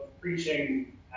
preaching